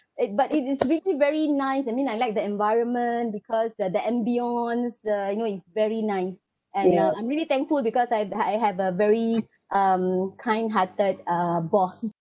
eh but it is really very nice I mean I like the environment because of the ambiance the you know it's very nice and uh I'm really thankful because I I have a very um kind hearted uh boss